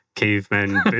Cavemen